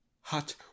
Hot